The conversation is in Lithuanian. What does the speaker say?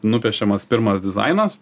nupiešiamas pirmas dizainas